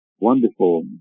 Wonderful